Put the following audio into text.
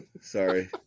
Sorry